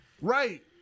Right